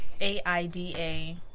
A-I-D-A